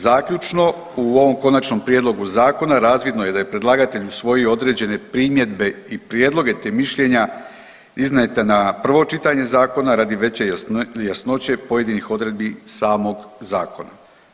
Zaključno, u ovom konačnom prijedlogu zakona razvidno je da je predlagatelj usvojio određene primjedbe i prijedloge te mišljenja iznijeta na prvo čitanje zakona radi veće jasnoće pojedinih odredbi samog zakona.